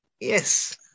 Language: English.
Yes